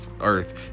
earth